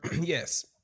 Yes